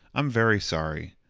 i'm very sorry.